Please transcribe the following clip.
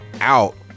out